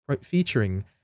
featuring